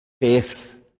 faith